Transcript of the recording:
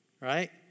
Right